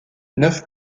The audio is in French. neuf